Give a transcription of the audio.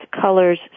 colors